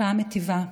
השפעה מיטיבה,